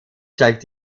steigt